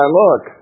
look